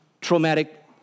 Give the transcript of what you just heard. traumatic